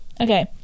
okay